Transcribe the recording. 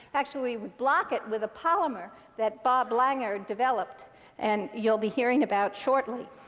actually, we block it with a polymer that bob langer developed and you'll be hearing about shortly.